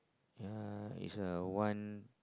ya it's a one